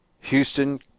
Houston